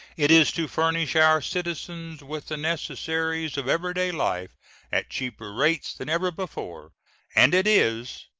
it is to furnish our citizens with the necessaries of everyday life at cheaper rates than ever before and it is,